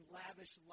lavish